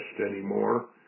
anymore